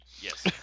Yes